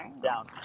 Down